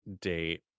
date